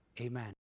amen